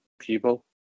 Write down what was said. people